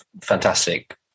fantastic